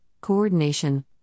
coordination